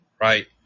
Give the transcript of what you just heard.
Right